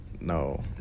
no